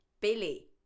Billy